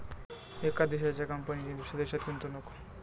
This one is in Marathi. एका देशाच्या कंपनीची दुसऱ्या देशात गुंतवणूक